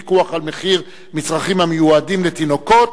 פיקוח על מחירי מצרכים המיועדים לתינוקות).